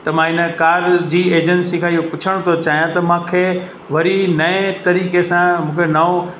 त मां हिन कार जी एजंसी खां ई पुछणु थो चाहियां त मांखे वरी नएं तरीक़े सां मूंखे नओं